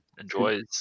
enjoys